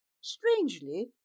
strangely